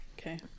Okay